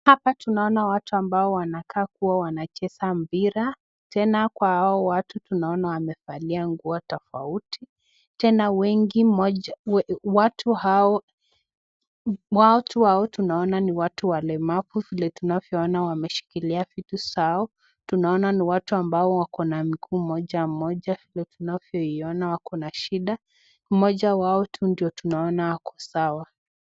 Hapa tunaona watu ambao wanakaa kuwa wanacheza mpira tena kwa hao watu tunaona wamevalia nguo tofauti tena watu hao tunaona ni watu walemavu. Vile tunavyoona wameshikilia vitu zao tunaona ni watu ambao wako na mguu moja moja vile tunavyoiona wako na shida mmoja wao tu ndio tunaona ako sawa.